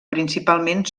principalment